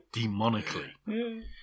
demonically